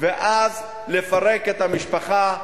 ואז לפרק את המשפחה.